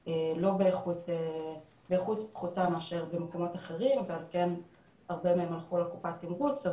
באיכות פחותה מאשר במקומות אחרים ועל כן הרבה מהם הלכו לקופת תמרוץ.